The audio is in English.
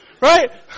Right